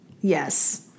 Yes